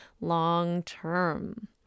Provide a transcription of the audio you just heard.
long-term